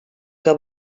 que